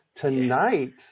Tonight